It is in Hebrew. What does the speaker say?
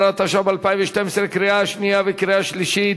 18), התשע"ב 2012, קריאה שנייה וקריאה שלישית.